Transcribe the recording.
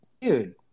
dude